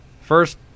First